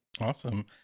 awesome